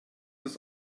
das